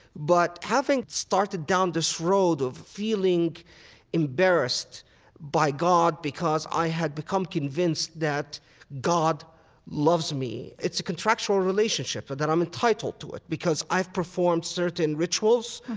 but having started down this road of feeling embarrassed by god because i had become convinced that god loves me, it's a contractual relationship, or that i'm entitled to it, because i've performed certain rituals,